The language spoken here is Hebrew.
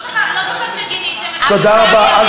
אני לא זוכרת שגיניתם, תודה רבה.